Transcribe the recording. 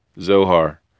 zohar